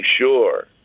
sure